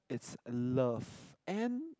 it's love and